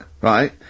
right